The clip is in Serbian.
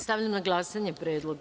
Stavljam na glasanje ovaj predlog.